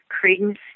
credence